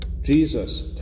Jesus